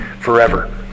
forever